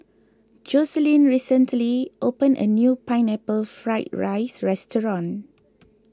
Jocelyne recently opened a new Pineapple Fried Rice restaurant